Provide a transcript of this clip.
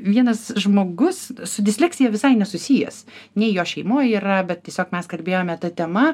vienas žmogus su disleksija visai nesusijęs nei jo šeimoj yra bet tiesiog mes kalbėjome ta tema